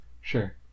sure